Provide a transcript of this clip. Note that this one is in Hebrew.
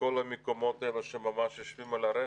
בכל המקומות האלו שממש יושבים על הרכס,